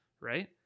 right